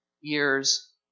years